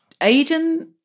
Aiden